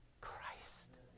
Christ